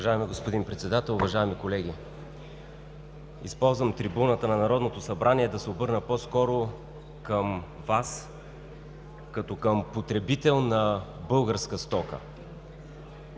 Уважаеми господин Председател, уважаеми колеги! Използвам трибуната на Народното събрание да се обърна по-скоро към Вас като към потребител на българска стока.